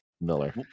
Miller